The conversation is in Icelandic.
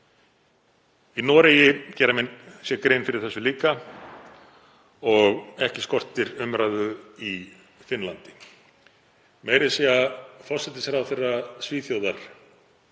Í Noregi gera menn sér grein fyrir þessu líka og ekki skortir umræðu í Finnlandi. Meira að segja forsætisráðherra Svíþjóðar